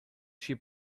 she